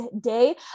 day